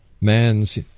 man's